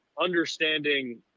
understanding